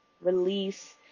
release